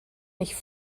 nicht